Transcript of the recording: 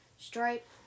Stripe